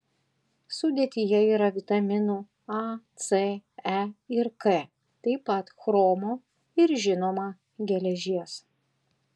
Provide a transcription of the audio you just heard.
sudėtyje yra vitaminų a c e ir k taip pat chromo ir žinoma geležies